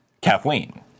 Kathleen